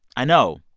i know,